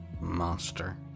monster